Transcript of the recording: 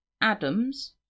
Adams